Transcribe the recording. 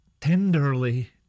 tenderly